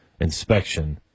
inspection